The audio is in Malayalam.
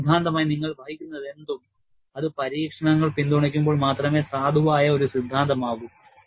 ഒപ്പം സിദ്ധാന്തമായി നിങ്ങൾ വഹിക്കുന്നതെന്തും അത് പരീക്ഷണങ്ങൾ പിന്തുണയ്ക്കുമ്പോൾ മാത്രമേ സാധുവായ ഒരു സിദ്ധാന്തമാകൂ